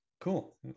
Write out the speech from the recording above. cool